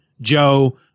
Joe